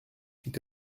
fit